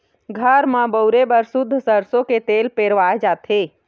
घर म बउरे बर सुद्ध सरसो के तेल पेरवाए जाथे